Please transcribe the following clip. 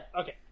Okay